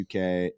UK